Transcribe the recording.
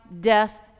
death